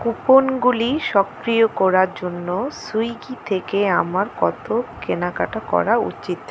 কুপনগুলি সক্রিয় করার জন্য সুইগি থেকে আমার কতো কেনাকাটা করা উচিত